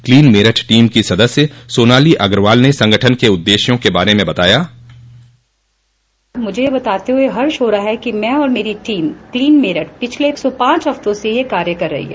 clean Meerut team के सदस्य सोनाली अग्रवाल ने संगठन के उद्देश्यों के बारे में बताया बाइट सोनाली अग्रवाल मुझे बताते हुए हर्ष हो रहा है कि मैं और मेरी टीम क्लीन मेरठ पिछले एक सौ पाँच हफ्तो से कार्य कर रही है